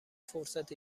فرصت